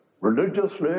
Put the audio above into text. religiously